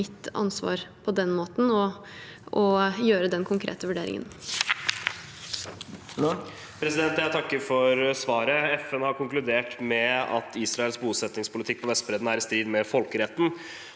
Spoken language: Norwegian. ikke mitt ansvar på den måten å gjøre den konkrete vurderingen.